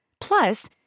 Plus